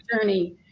journey